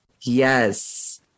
Yes